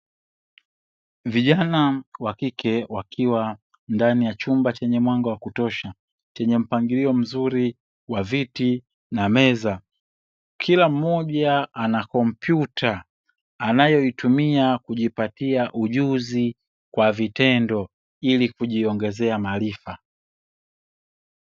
Vijana wa kike wakiwa ndani ya chumba chenye mwanga wa kutosha, chenye mpangilio mzuri wa viti na meza. Kila mmoja ana kompyuta anayoitumia kujipatia ujuzi kwa vitendo ili kujiongezea maarifa.